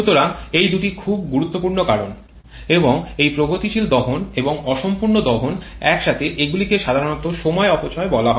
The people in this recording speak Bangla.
সুতরাং এই দুটি খুব গুরুত্বপূর্ণ কারণ এবং এই প্রগতিশীল দহন এবং অসম্পূর্ণ দহন একসাথে এগুলিকে সাধারণত সময় অপচয় বলা হয়